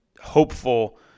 hopeful